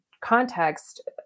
context